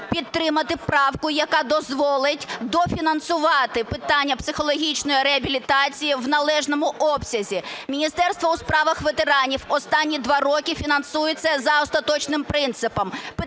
підтримати правку, яка дозволить дофінансувати питання психологічної реабілітації в належному обсязі. Міністерство у справах ветеранів останні два роки фінансується за остаточним принципом.